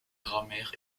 grammaire